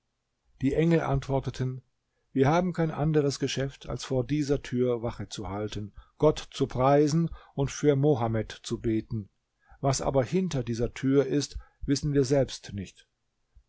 die engel antworteten wir haben kein anderes geschäft als vor dieser tür wache zu halten gott zu preisen und für mohammed zu beten was aber hinter dieser tär ist wissen wir selbst nicht